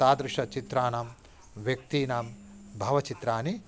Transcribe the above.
तादृशचित्राणां व्यक्तीनां भावचित्राणि